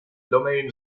domain